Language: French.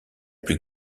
plus